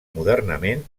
modernament